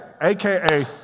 AKA